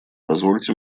позвольте